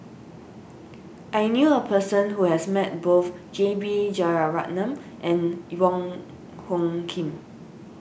I knew a person who has met both J B Jeyaretnam and Wong Hung Khim